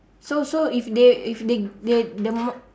so so if they if they they the more